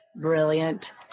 Brilliant